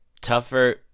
tougher